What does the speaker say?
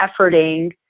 efforting